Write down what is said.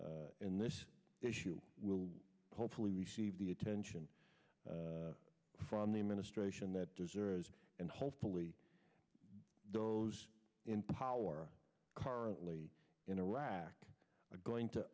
in this issue will hopefully receive the attention from the administration that deserves and hopefully those in power current lee in irak are going to